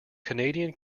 canadian